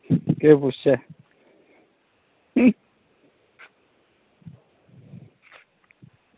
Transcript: केह् पुच्छचै